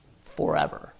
forever